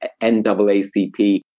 NAACP